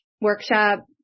workshop